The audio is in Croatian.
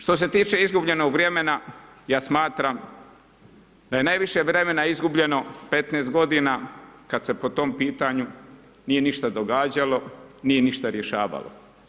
Što se tiče izgubljenog vremena, ja smatram da je najviše vremena izgubljeno 15 godina kada se po tom pitanju nije ništa događalo, nije ništa rješavalo.